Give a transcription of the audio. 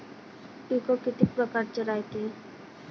पिकं किती परकारचे रायते?